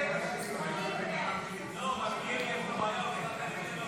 ההסתייגות לא